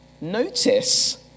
Notice